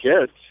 kids